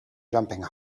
jumping